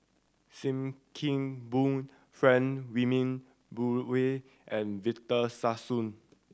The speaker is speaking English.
Sim Kee Boon Frank Wilmin Brewer and Victor Sassoon